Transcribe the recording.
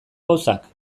gauzak